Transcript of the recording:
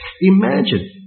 Imagine